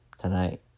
tonight